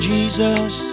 Jesus